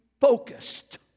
focused